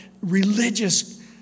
religious